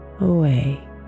away